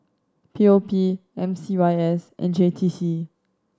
P O P M C Y S and J T C